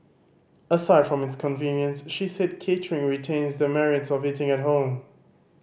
aside from its convenience she said catering retains the merits of eating at home